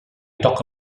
toca